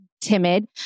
timid